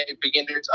beginners